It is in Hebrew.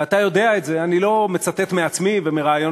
ואתה יודע את זה, אני לא מצטט מעצמי ומרעיונות